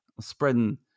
spreading